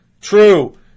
True